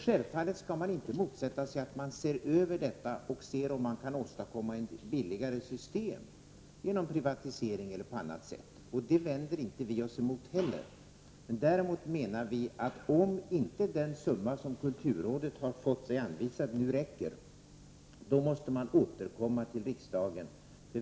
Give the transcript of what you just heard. Självfallet skall man inte motsätta sig att detta ses över, för att undersöka om det går att åstadkomma billigare system, genom privatisering eller på annat sätt. Det vänder vi ju oss inte heller emot. Däremot menar vi att om den summa som kulturrådet har fått sig anvisad inte räcker måste man återkomma till riksdagen.